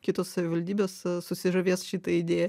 kitos savivaldybės susižavės šita idėja